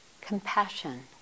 compassion